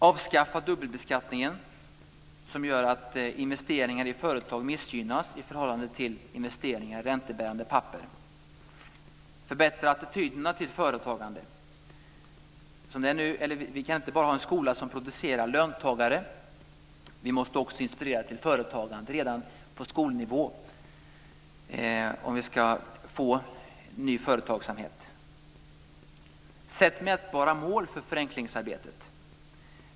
· Avskaffa dubbelbeskattningen, som gör att investeringar i företag missgynnas i förhållande till investeringar i räntebärande papper. · Förbättra attityderna till företagande. Vi kan inte ha en skola som bara producerar löntagare. Vi måste också inspirera till företagande redan på skolnivå om vi ska få ny företagsamhet. · Sätt mätbara mål för förenklingsarbetet.